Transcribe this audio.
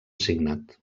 signat